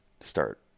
start